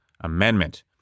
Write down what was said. Amendment